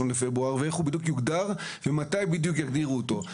בפברואר ו איך הוא בדיוק יוגדר ומתי יגדירו אותו.